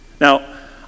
Now